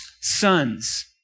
sons